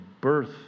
birth